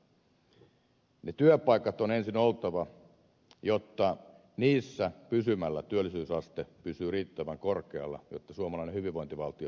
niiden työpaikkojen on ensin oltava olemassa jotta niissä pysymällä työllisyysaste pysyy riittävän korkealla jotta suomalainen hyvinvointivaltio pystytään rahoittamaan